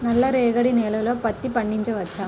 నల్ల రేగడి నేలలో పత్తి పండించవచ్చా?